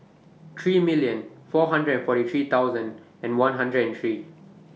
three million four hundred and forty three thousand and one hundred and three